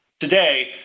Today